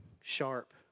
sharp